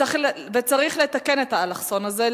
צריך לתקן את האלכסון הזה,